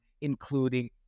including